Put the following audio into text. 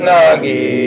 Nagi